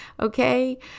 okay